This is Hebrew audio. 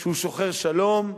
שהוא שוחר שלום,